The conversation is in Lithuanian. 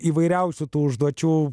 įvairiausių tų užduočių